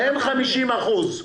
אין 50 אחוזים.